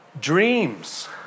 Dreams